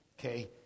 okay